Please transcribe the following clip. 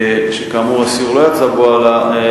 שכאמור הסיור לא יצא לפועל,